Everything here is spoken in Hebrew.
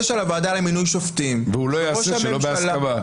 של הוועדה למינוי שופטים --- והוא לא יעשה שלא בהסכמה.